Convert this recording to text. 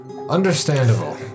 Understandable